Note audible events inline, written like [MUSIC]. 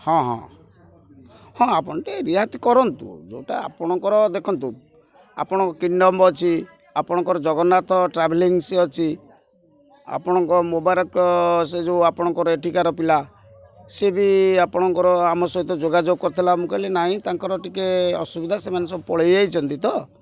ହଁ ହଁ ହଁ ଆପଣ ଟିକେ ରିହାତି କରନ୍ତୁ ଯେଉଁଟା ଆପଣଙ୍କର ଦେଖନ୍ତୁ ଆପଣଙ୍କ [UNINTELLIGIBLE] ଅଛି ଆପଣଙ୍କର ଜଗନ୍ନାଥ ଟ୍ରାଭେଲିଂ ସେ ଅଛି ଆପଣଙ୍କ [UNINTELLIGIBLE] ସେ ଯେଉଁ ଆପଣଙ୍କର ଏଠିକାର ପିଲା ସିଏ ବି ଆପଣଙ୍କର ଆମ ସହିତ ଯୋଗାଯୋଗ କରିଥିଲା ମୁଁ କହିଲି ନାହିଁ ତାଙ୍କର ଟିକେ ଅସୁବିଧା ସେମାନେ ସବୁ ପଳାଇ ଯାଇଛନ୍ତି ତ